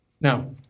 Now